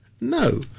No